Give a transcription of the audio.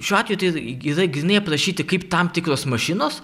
šiuo atveju tai y yra grynai aprašyti kaip tam tikros mašinos